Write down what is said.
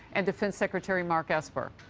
and defense secretary mark esper.